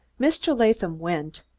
mr. latham went.